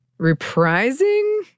reprising